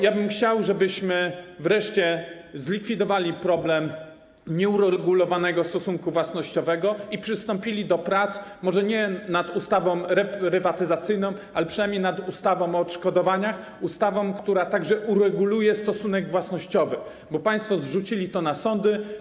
Ja bym chciał, żebyśmy wreszcie zlikwidowali problem nieuregulowanego stosunku własnościowego i przystąpili do prac może nie nad ustawą reprywatyzacyjną, ale przynajmniej nad ustawą o odszkodowaniach, ustawą, która także ureguluje stosunek własnościowy, bo państwo zrzucili to na sądy.